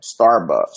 Starbucks